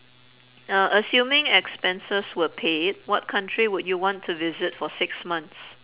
uh assuming expenses were paid what country would you want to visit for six months